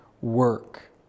work